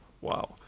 wow